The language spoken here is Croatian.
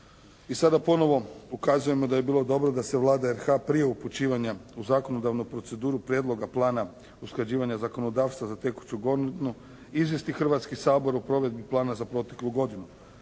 I sada ponovo ukazujemo da bi bilo dobro da se Vlada RH-a prije upućivanja u zakonodavnu proceduru Prijedloga plana usklađivanja zakonodavstva za tekuću godinu, izvijesti Hrvatski sabor o provedbi plana za proteklu godinu.